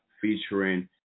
featuring